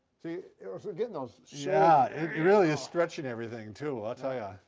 see you're getting those. yeah, it's really is stretching everything too, i'll tell ya.